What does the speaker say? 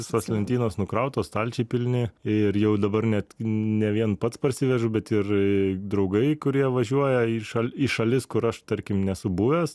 visos lentynos nukrautos stalčiai pilni ir jau dabar net ne vien pats parsivežu bet ir draugai kurie važiuoja į šal į šalis kur aš tarkim nesu buvęs